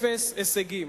אפס הישגים.